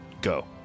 go